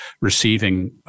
receiving